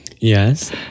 Yes